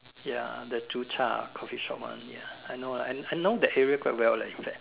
ya the Joo Chiat Coffee shop one ya I know lah I know that area quite well leh in fact